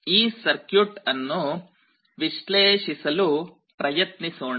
ಈ ಸರ್ಕ್ಯೂಟ್ ಅನ್ನು ವಿಶ್ಲೇಷಿಸಲು ಪ್ರಯತ್ನಿಸೋಣ